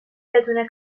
بدون